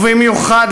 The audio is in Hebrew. ובמיוחד,